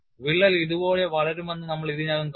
വിള്ളൽ ഇതുപോലെ വളരുമെന്ന് നമ്മൾ ഇതിനകം കണ്ടു